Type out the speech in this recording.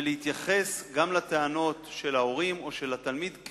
ולהתייחס גם לטענות של ההורים או של התלמיד,